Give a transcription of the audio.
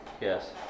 Yes